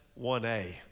1A